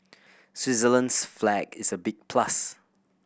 Switzerland's flag is a big plus